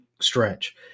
stretch